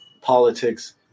politics